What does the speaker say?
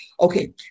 Okay